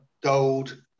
gold